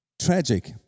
Tragic